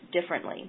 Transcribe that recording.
differently